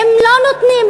הם לא נותנים,